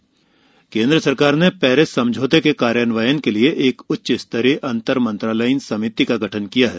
केन्द्र पेरिस समझौता केन्द्र सरकार ने पेरिस समझौते के कार्यान्वयन के लिए एक उच्च स्तरीय अंतर मंत्रालयीन समिति का गठन किया है